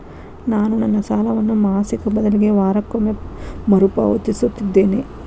ನಾನು ನನ್ನ ಸಾಲವನ್ನು ಮಾಸಿಕ ಬದಲಿಗೆ ವಾರಕ್ಕೊಮ್ಮೆ ಮರುಪಾವತಿಸುತ್ತಿದ್ದೇನೆ